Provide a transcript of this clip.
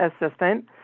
assistant